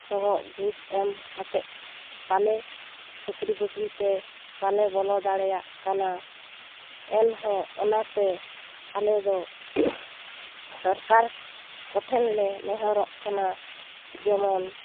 ᱥᱚᱦᱚᱜ ᱜᱷᱩᱥ ᱮᱢ ᱠᱟᱛᱮᱜ ᱵᱟᱝᱞᱮ ᱪᱟᱹᱠᱨᱤ ᱵᱟᱹᱠᱨᱤᱛᱮ ᱵᱟᱝᱞᱮ ᱵᱚᱞᱚ ᱫᱟᱲᱮᱭᱟᱜ ᱠᱟᱱᱟ ᱮᱱᱦᱚᱸ ᱚᱱᱟᱛᱮ ᱟᱞᱮᱫᱚ ᱥᱚᱨᱠᱟᱨ ᱠᱚᱴᱷᱮᱱ ᱞᱮ ᱱᱮᱦᱚᱨᱚᱜ ᱠᱟᱱᱟ ᱡᱮᱢᱚᱱ